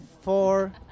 four